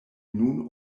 nun